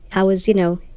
i was, you know,